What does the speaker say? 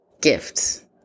gift